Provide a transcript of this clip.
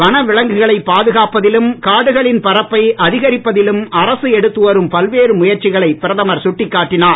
வனவிலங்குகளை பாதுகாப்பதிலும் காடுகளின் பரப்பை அதிகரிப்பதிலும் அரசு எடுத்து வரும் பல்வேறு முயற்சிகளை பிரதமர் சுட்டிக் காட்டினார்